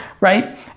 right